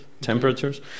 temperatures